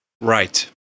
Right